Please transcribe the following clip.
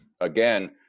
Again